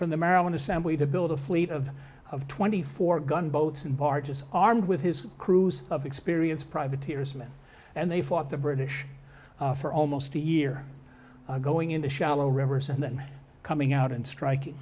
from the maryland assembly to build a fleet of of twenty four gun boats and barges armed with his crews of experience privateer's men and they fought the british for almost a year going into shallow rivers and then coming out and striking